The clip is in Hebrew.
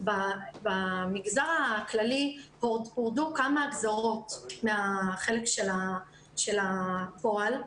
במגזר הכללי הורדו כמה גזרות מהחלק של הפועל,